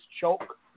choke